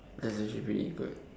then this should be good